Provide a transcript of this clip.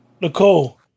Nicole